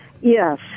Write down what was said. Yes